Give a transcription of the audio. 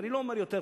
אני לא אומר יותר,